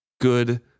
good